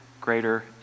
greater